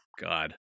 God